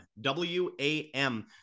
W-A-M